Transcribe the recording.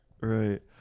Right